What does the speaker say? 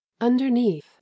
Underneath